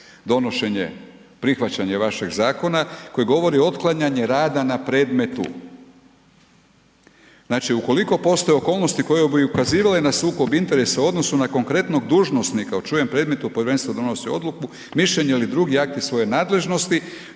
donošenje, prihvaćanje vašeg zakona koji govori otklanjanje rada na predmetu. Znači, ukoliko postoje okolnosti koje bi ukazivale na sukob interesa u odnosu na konkretnog dužnosnika u čijem predmetu povjerenstvo donosi odluku, mišljenje ili drugi akti svoje nadležnosti,